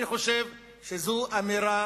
אני חושב שזאת אמירה